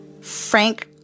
Frank